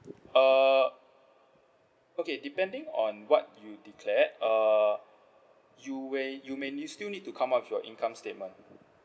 uh okay depending on what you declare uh you may you may still need to come up with your income statement